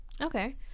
Okay